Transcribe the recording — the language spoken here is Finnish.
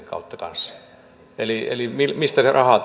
kautta eli eli mistä rahaa